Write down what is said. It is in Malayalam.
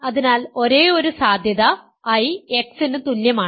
അതിനാൽ ഒരേയൊരു സാധ്യത I X ന് തുല്യമാണ്